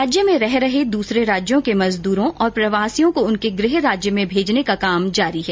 राज्य में रह रहे दूसरे राज्यों के मजदूरों और प्रवासियों को उनके गृह राज्यों में भेजने का काम जारी है